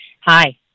Hi